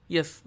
Yes